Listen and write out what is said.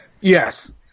Yes